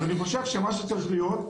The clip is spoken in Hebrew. אז אני חושב שמה שצריך להיות,